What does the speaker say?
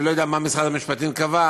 אני לא יודע מה משרד המשפטים קבע,